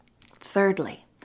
Thirdly